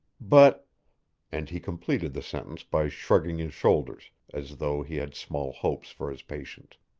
but and he completed the sentence by shrugging his shoulders, as though he had small hopes for his patient.